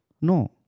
no